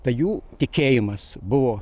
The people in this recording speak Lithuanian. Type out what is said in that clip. tai jų tikėjimas buvo